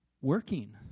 working